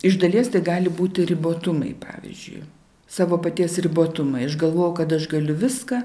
iš dalies tai gali būti ribotumai pavyzdžiui savo paties ribotumą aš galvojau kad aš galiu viską